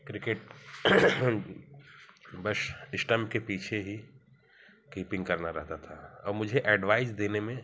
cricket बस stump के पीछे ही कीपिंग करना रहता था और मुझे एडवाइज़ देने में